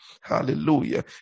Hallelujah